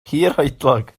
hirhoedlog